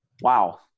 wow